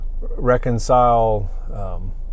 reconcile